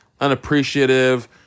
unappreciative